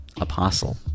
apostle